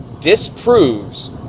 disproves